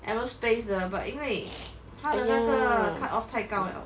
aerospace 的 but 因为它的 cut off 太高 liao